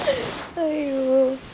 are you